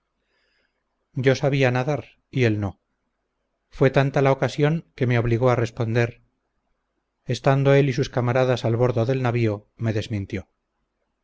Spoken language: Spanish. yo sabía nadar y él no fue tanta la ocasión que me obligó a responder estando él y sus camaradas al bordo del navío me desmintió